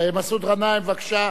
מסעוד גנאים, בבקשה.